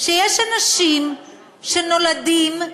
שיש אנשים שנולדים לסביות,